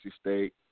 State